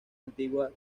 antigua